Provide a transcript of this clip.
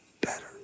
better